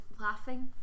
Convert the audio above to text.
laughing